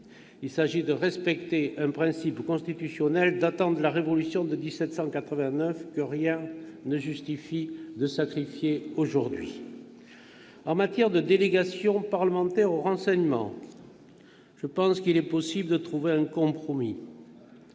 Il s'agit de respecter un principe constitutionnel datant de la Révolution de 1789, que rien ne justifie de sacrifier aujourd'hui. En matière de délégation parlementaire au renseignement, je pense qu'il est possible de trouver un compromis,